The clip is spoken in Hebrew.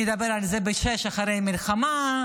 נדבר על זה בשש אחרי המלחמה,